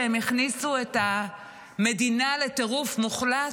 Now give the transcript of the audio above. יספרו שהם הכניסו את המדינה לטירוף מוחלט?